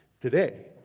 today